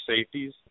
safeties